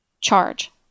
Charge